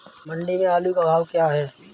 मंडी में आलू का भाव क्या है?